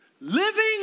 Living